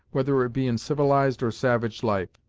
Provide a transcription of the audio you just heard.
whether it be in civilized or savage life,